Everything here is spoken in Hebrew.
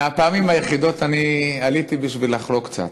מהפעמים היחידות, אני עליתי בשביל לחלוק קצת,